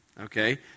Okay